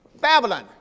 Babylon